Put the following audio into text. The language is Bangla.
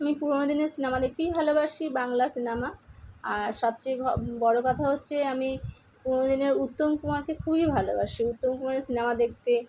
আমি পুরানো দিনের সিনেমা দেখতেই ভালোবাসি বাংলা সিনামা আর সবচেয়ে হ বড়ো কথা হচ্ছে আমি পুরোনো দিনের উত্তম কুমারকে খুবই ভালোবাসি উত্তম কুমারের সিনামা দেখতে